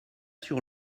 sur